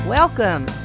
Welcome